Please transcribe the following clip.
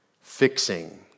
fixing